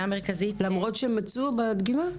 למרות שמצאו בדגימה?